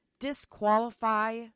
disqualify